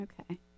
Okay